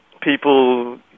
people